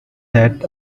that